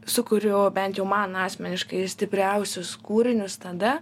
sukuriu bent jau man asmeniškai stipriausius kūrinius tada